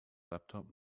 laptop